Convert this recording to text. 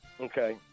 Okay